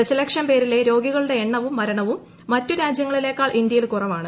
ദശലക്ഷം പേരിലെ രോഗികളുടെ എണ്ണവും മരണവും മറ്റു രാജ്യങ്ങളിലേക്കാൾ ഇന്ത്യയിൽ കുറവാണ്